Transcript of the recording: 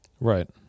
Right